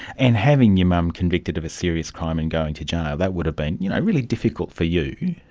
and having your mum convicted of a serious crime and going to jail, that would have been you know really difficult for you.